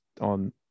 on